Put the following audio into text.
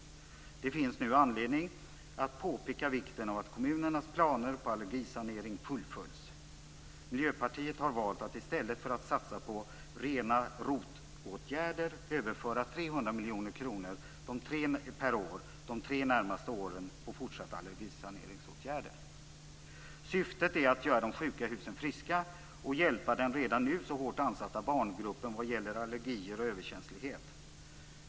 Det finns nu anledning att peka på vikten av att kommunernas planer på allergisanering fullföljs. I stället för att satsa på rena ROT-åtgärder väljer Miljöpartiet att varje år under de tre närmaste åren överföra 300 miljoner kronor till fortsatta allergisaneringsåtgärder. Syftet är att göra de s.k. sjuka husen friska och att hjälpa den redan nu så hårt ansatta barngruppen vad gäller allergier och överkänslighet.